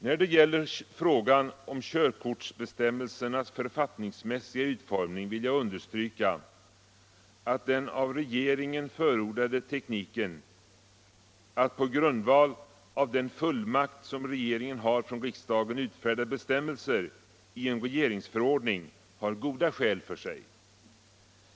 När det gäller körkortsbestämmelsernas författningsmässiga utformning vill jag understryka att den av regeringen förordade tekniken att på grundval av den fullmakt som regeringen har från riksdagen utfärda bestämmelser i en regeringsförordning har goda skäl för sig.